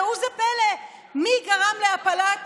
ראו זה פלא: מי גרם להפלת